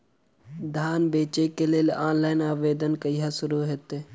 धान बेचै केँ लेल ऑनलाइन आवेदन कहिया शुरू हेतइ?